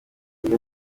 undi